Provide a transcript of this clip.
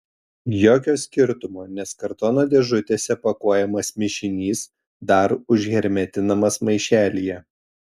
jokio skirtumo nes kartono dėžutėse pakuojamas mišinys dar užhermetinamas maišelyje